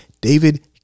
David